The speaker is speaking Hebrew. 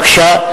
בבקשה,